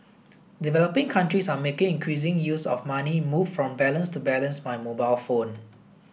developing countries are making increasing use of money moved from balance to balance by mobile phone